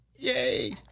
Yay